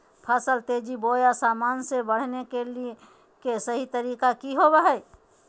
फसल तेजी बोया सामान्य से बढने के सहि तरीका कि होवय हैय?